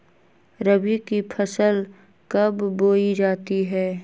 रबी की फसल कब बोई जाती है?